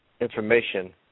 information